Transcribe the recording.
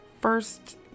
first